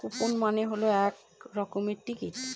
coupon মানে হল এক রকমের টিকিট